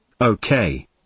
Okay